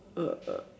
uh